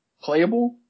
playable